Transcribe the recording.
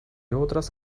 otras